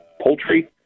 poultry